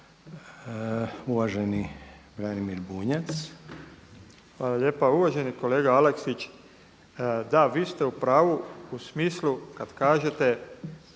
Branimir (Živi zid)** Hvala lijepa. Uvaženi kolega Aleksić, da vi ste u pravu u smislu kad kažete